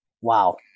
Wow